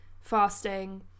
fasting